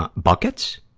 ah buckets,